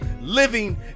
living